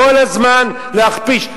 כל הזמן להכפיש.